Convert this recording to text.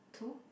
too